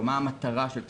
או מה המטרה של פסיכותרפיה.